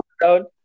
down